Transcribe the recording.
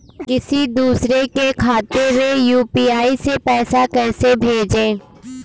किसी दूसरे के खाते में यू.पी.आई से पैसा कैसे भेजें?